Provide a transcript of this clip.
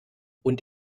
und